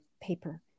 paper